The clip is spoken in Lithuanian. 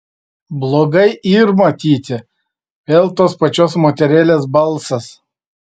blogai yr matyti vėl tos pačios moterėlės balsas